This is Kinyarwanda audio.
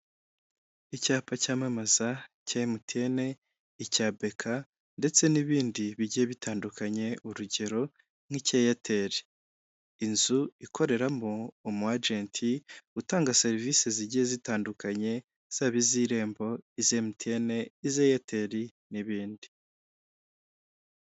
Icyapa cyamamaza cya emutiyeni, icya beka, ndetse n'ibindi bigiye bitandukanye urugero nk'icya eyateri, inzu ikoreramo umu ajenti utanga serivisi zigiye zitandukanye, zaba iz'irembo, iza emutiyeni, iza eyateri, n'ibindi.